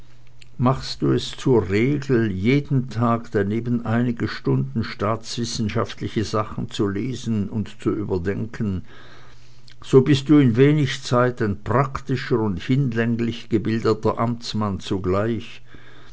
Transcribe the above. machst du es zur regel jeden tag daneben einige stunden staatswissenschaftliche sachen zu lesen und zu überdenken so bist du in wenig zeit ein praktischer und hinlänglich gebildeter amtsmann zugleich